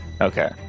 Okay